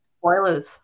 spoilers